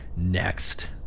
next